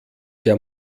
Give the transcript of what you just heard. der